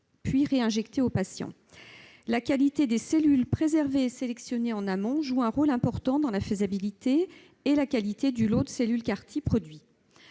réinjectés au patient. La qualité des cellules prélevées et sélectionnées en amont joue un rôle important dans la faisabilité et la qualité du lot de cellules produit.